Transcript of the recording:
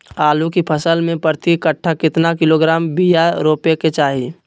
आलू के फसल में प्रति कट्ठा कितना किलोग्राम बिया रोपे के चाहि?